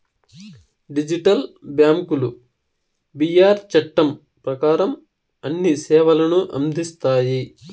digital బ్యాంకులు BR చట్టం ప్రకారం అన్ని సేవలను అందిస్తాయి